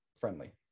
friendly